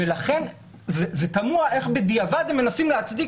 לכן תמוה איך בדיעבד הם מנסים להצדיק